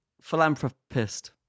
Philanthropist